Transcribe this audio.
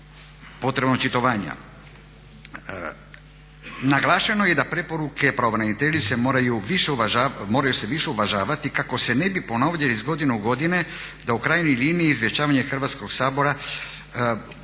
potrebna očitovanja. Naglašeno je da preporuke pravobraniteljice moraju se više uvažavati kako se ne bi ponavljali iz godine u godinu da u krajnjoj liniji izvještavanje Hrvatskog sabora se odnosi